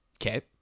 okay